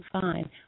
fine